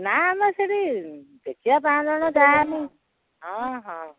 ନା ଆମେ ସେଠି ଦେଖିିବା ପାଞ୍ଚ ଜଣ ଯାମ ହଁ ହଁ